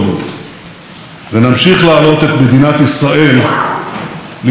ונמשיך להעלות את מדינת ישראל לפסגות חדשות.